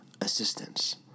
assistance